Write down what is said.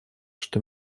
что